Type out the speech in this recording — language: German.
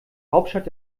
hauptstadt